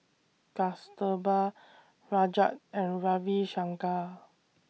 Kasturba Rajat and Ravi Shankar